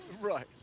Right